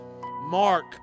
Mark